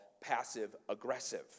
passive-aggressive